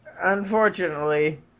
unfortunately